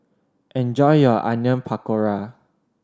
enjoy your Onion Pakora